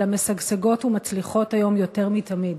אלא הן משגשגות ומצליחות היום יותר מתמיד.